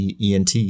ENT